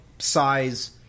Size